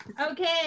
okay